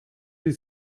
die